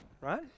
Right